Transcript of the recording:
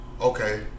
Okay